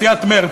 סיעת מרצ,